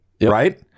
right